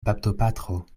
baptopatro